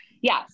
Yes